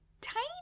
tiny